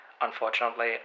Unfortunately